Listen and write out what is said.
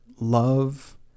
love